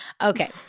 Okay